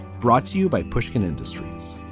brought to you by pushkin industries